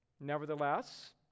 Nevertheless